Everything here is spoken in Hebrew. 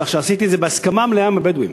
כך שעשיתי את זה בהסכמה מלאה עם הבדואים.